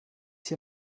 hier